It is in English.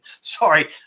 Sorry